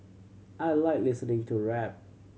I like listening to rap